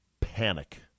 panic